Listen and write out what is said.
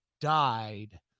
died